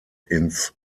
ins